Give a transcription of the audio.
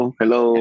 hello